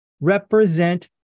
represent